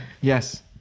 Yes